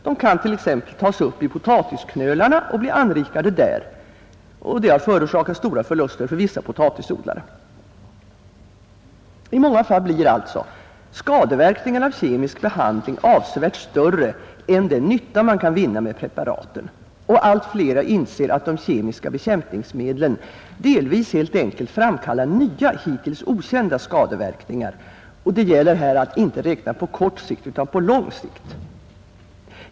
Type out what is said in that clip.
De kan t.ex. tas upp i potatisknölarna och bli anrikade där, vilket har förorsakat vissa potatisodlare stora förluster. I många fall blir alltså skadeverkningarna av kemisk behandling avsevärt större än den nytta man kan vinna med preparaten, och allt flera inser att de kemiska bekämpningsmedlen delvis helt enkelt framkallar nya, hittills okända skadeverkningar. Det gäller här att inte räkna på kort sikt utan på lång sikt.